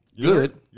good